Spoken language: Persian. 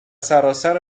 سراسر